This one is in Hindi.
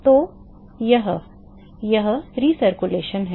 तो यह यह पुन संचलन है